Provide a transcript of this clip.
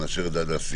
נאשר את זה עד ה-10,